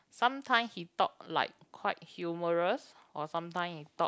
sometime he talk like quite humorous or sometime he talk